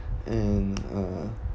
and uh